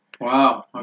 Wow